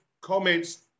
comments